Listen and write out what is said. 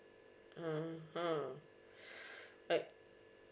mmhmm alright